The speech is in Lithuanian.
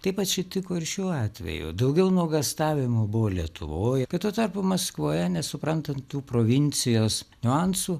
taip atsitiko ir šiuo atveju daugiau nuogąstavimų buvo lietuvoj kai tuo tarpu maskvoje nesuprantant tų provincijos niuansų